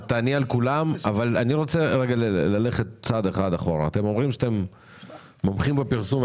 אני רוצה ללכת צעד אחד אחורה: אתם אומרים שאתם מומחים בפרסום,